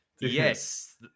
Yes